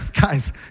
Guys